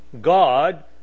God